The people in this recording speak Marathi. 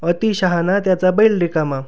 अतिशहाणा त्याचा बैल रिकामा